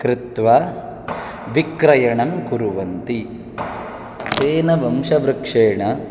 कृत्वा विक्रयणं कुर्वन्ति तेन वंशवृक्षेण